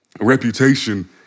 reputation